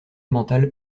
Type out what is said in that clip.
mentale